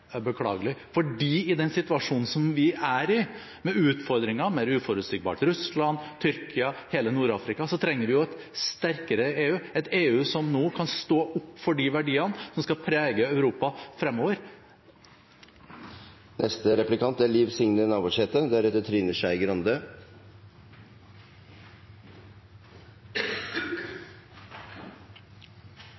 beklagelig, for i den situasjonen vi er i, med utfordringer, et mer uforutsigbart Russland, Tyrkia og hele Nord-Afrika, trenger vi et sterkere EU, et EU som nå kan stå opp for de verdiene som skal prege Europa fremover. Liv Signe Navarsete